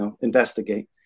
investigate